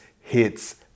Hits